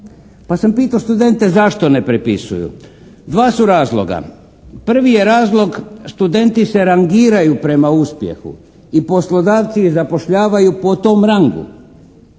Pa sam pitao studente zašto ne prepisuju? Dva su razloga. Prvi je razlog studenti se rangiraju prema uspjehu i poslodavci ih zapošljavaju po tom rangu